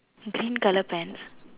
green colour pants